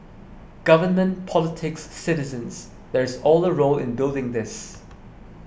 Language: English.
government politics citizens there is all a role in building this